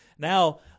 Now